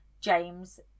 James